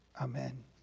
Amen